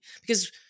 because-